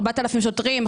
4,000 שוטרים,